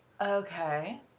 okay